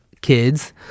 kids